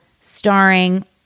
starring